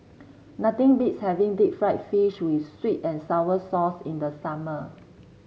nothing beats having Deep Fried Fish with sweet and sour sauce in the summer